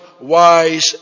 wise